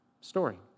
story